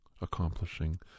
accomplishing